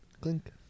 Clink